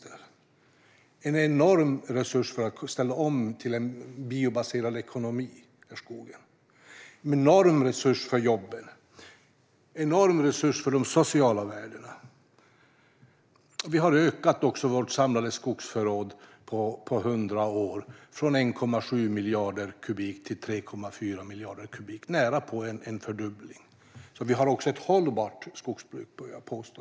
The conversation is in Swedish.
Skogen är en enorm resurs för att ställa om till en biobaserad ekonomi. Den är en enorm resurs för jobben och för de sociala värdena. Vi har också närapå fördubblat vårt samhälles skogsförråd på 100 år från 1,7 miljarder kubikmeter till 3,4 miljarder kubikmeter. Vi har alltså ett hållbart skogsbruk, vill jag påstå.